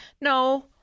No